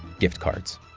gift cards